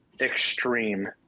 extreme